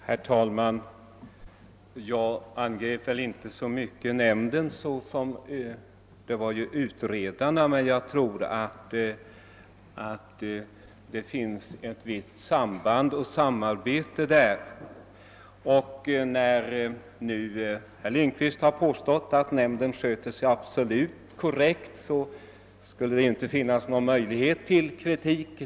Herr talman! Jag angrep väl inte så mycket vapenfrinämnden som utredarna, men jag tror att det finns ett visst samband mellan dem. Herr Lindkvist har påstått att nämnden sköter sig absolut korrekt, och då skulle det inte vara någon anledning att framföra kritik.